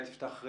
משהו?